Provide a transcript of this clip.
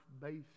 based